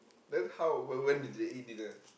then how when when did they eat dinner